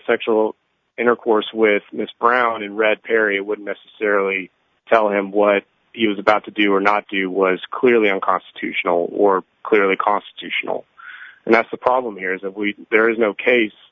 sexual intercourse with miss brown and red perry it would necessarily tell him what he was about to do or not do was clearly unconstitutional or clearly cost to tional and that's the problem here is that we there is no case